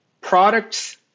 products